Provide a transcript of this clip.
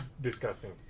disgusting